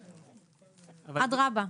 אדרבה.